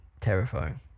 terrifying